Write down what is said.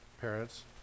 parents